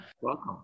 welcome